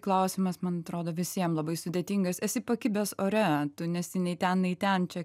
klausimas man atrodo visiem labai sudėtingas esi pakibęs ore tu nesi nei ten nei ten čia